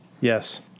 Yes